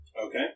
Okay